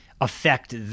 affect